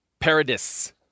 Paradis